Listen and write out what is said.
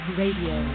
radio